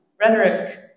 Rhetoric